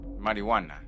marijuana